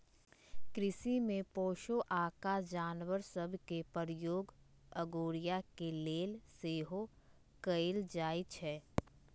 कृषि में पोशौआका जानवर सभ के प्रयोग अगोरिया के लेल सेहो कएल जाइ छइ